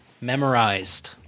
memorized